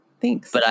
Thanks